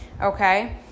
Okay